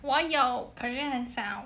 我有可是很少